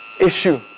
issue